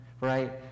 right